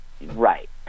right